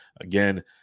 Again